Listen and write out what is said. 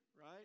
right